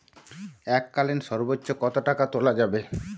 এককালীন সর্বোচ্চ কত টাকা তোলা যাবে?